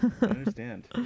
understand